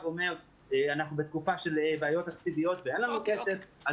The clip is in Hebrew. אומר שאנחנו בתקופה של בעיות תקציביות ואין לנו כסף.